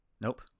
Nope